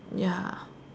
ya